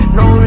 no